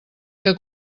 que